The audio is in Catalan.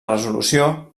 resolució